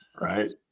Right